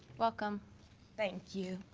welcome thank you